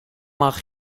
mag